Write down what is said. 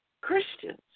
Christians